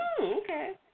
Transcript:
Okay